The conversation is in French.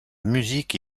musique